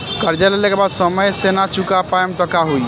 कर्जा लेला के बाद समय से ना चुका पाएम त का होई?